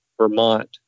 vermont